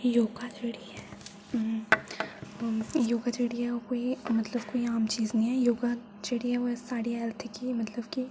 योगा जेह्ड़ी ऐ ओह् हम योगा जेह्ड़ी ओह् मतलब की कोई आम चीज़ निं ऐ योगा जेह्ड़ी ऐ ओह् साढ़ी हेल्थ गी मतलब की